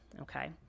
okay